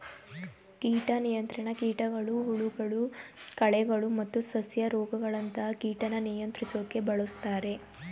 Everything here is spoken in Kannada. ಕೀಟ ನಿಯಂತ್ರಣ ಕೀಟಗಳು ಹುಳಗಳು ಕಳೆಗಳು ಮತ್ತು ಸಸ್ಯ ರೋಗಗಳಂತ ಕೀಟನ ನಿಯಂತ್ರಿಸೋಕೆ ಬಳುಸ್ತಾರೆ